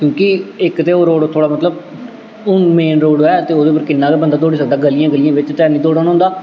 क्योंकि इक ते ओह् रोड़ थोह्ड़ा मतलब हून मेन रोड़ ऐ ते ओह्दे उप्पर किन्ना गै बंदा दौड़ी सकदा ग'लियें गु'लियें बिच्च ते है नी दौड़न होंदा